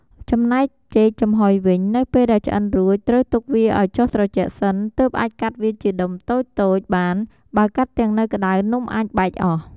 ចំណែកចេកចំហុយវិញនៅពេលដែលឆ្អិនរួច ត្រូវទុកវាឱ្យចុះត្រជាក់សិន ទើបអាចកាត់វាជាដុំតូចៗបានបើកាត់ទាំងនៅក្ដៅនំអាចបែកអស់។